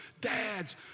Dads